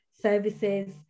services